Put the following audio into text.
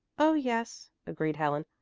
oh yes, agreed helen.